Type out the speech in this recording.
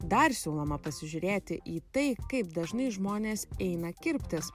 dar siūloma pasižiūrėti į tai kaip dažnai žmonės eina kirptis